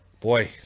Boy